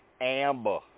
Amber